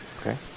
Okay